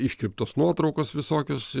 iškirptos nuotraukos visokios